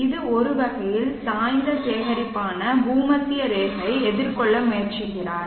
இது ஒரு வகையில் சாய்ந்த சேகரிப்பான் பூமத்திய ரேகை எதிர்கொள்ள முயற்சிக்கிறார்